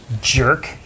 jerk